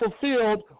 fulfilled